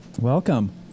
Welcome